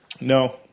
No